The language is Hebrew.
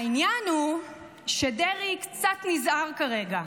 העניין הוא שדרעי קצת נזהר כרגע.